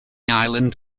island